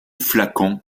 flacon